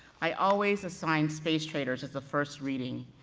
i always assigned space traders as the first reading,